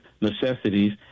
necessities